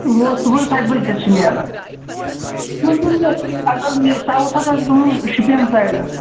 گوٚو صُبحَس سَتہٕ بَجہِ پٮ۪ٹھ چھِ نیران مےٚ ؤنۍتَو یہِ اگر یہ ساوتھَس آسہِ گَژھُن شُپیَن سایڈَس